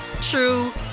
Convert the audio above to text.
true